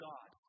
God